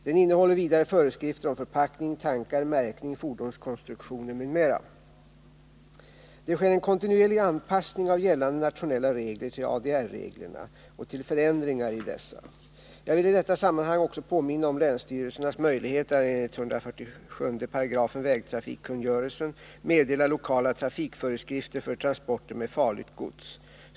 Den innehåller vidare föreskrifter om förpackning, tankar, märkning, fordonskonstruktioner m.m. Det sker en kontinuerlig anpassning av gällande nationella regler till ADR-reglerna och till förändringar i dessa. Jag vill i detta sammanhang också påminna om länsstyrelsernas möjligheter att enligt 147 § vägtrafikkungörelsen meddela lokala trafikföreskrifter för transporter med farligt gods.